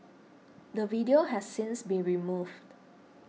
the video has since been removed